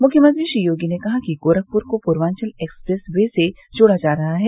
मुख्यमंत्री श्री योगी ने कहा कि गोरखपुर को पूर्वान्चल एक्सप्रेस वे से जोड़ा जा रहा है